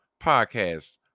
podcast